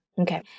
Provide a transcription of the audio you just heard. Okay